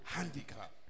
Handicap